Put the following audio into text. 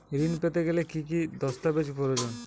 ঋণ পেতে গেলে কি কি দস্তাবেজ প্রয়োজন?